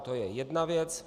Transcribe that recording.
To je jedna věc.